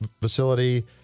facility